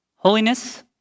Holiness